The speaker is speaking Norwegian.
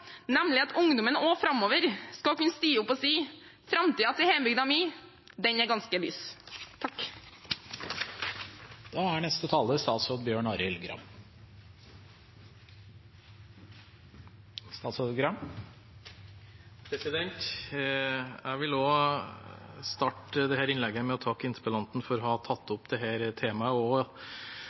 nemlig at ungdommen også framover skal kunne stå opp og si: Framtida til hjembygda mi er ganske lys. Jeg vil starte dette innlegget med å takke interpellanten for å ha tatt opp dette temaet og gjennom det gitt undertegnede en ekstra stimulans til å sette seg godt inn i Ungdommens distriktspanel. Det